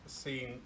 seen